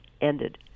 ended